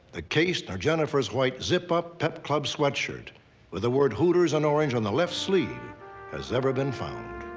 the case, nor jennifer's white zip-up pup-club sweatshirt with the word hooters in orange on the left sleeve has ever been found.